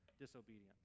disobedience